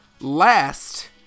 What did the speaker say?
last